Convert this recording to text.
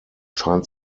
scheint